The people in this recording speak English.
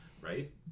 right